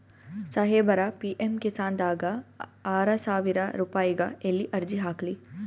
ಸಾಹೇಬರ, ಪಿ.ಎಮ್ ಕಿಸಾನ್ ದಾಗ ಆರಸಾವಿರ ರುಪಾಯಿಗ ಎಲ್ಲಿ ಅರ್ಜಿ ಹಾಕ್ಲಿ?